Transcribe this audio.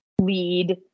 lead